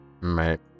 Right